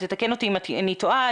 ותקן אותי אם אני טועה,